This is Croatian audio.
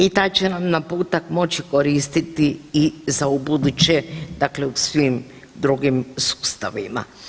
I taj će nam naputak moći koristiti i za ubuduće dakle u svim drugim sustavima.